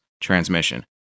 transmission